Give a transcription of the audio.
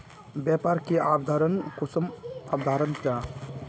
व्यापार की अवधारण कुंसम अवधारण जाहा?